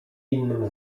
innym